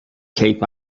cape